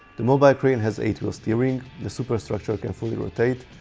the mobile crane has eight wheel steering, the superstructure can fully rotate,